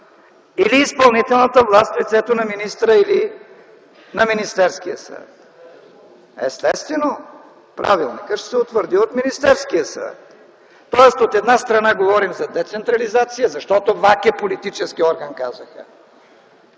или изпълнителната власт в лицето на министъра или Министерския съвет? Естествено, правилникът ще се утвърди от Министерския съвет. От една страна, говорим за децентрализация, защото казахме, че ВАК е политически орган, а